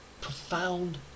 profound